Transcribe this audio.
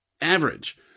average